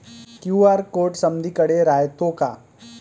QR code समदीकडे रायतो का?